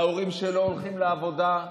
להורים שלא הולכים לעבודה.